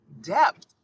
Depth